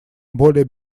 более